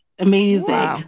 Amazing